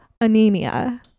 anemia